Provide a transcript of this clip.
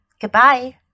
Goodbye